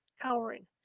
cowering